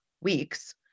weeks